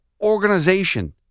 organization